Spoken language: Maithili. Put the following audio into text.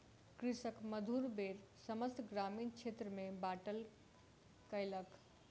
कृषक मधुर बेर समस्त ग्रामीण क्षेत्र में बाँटलक कयलक